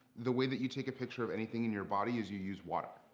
the way that you take a picture of anything in your body is you use water.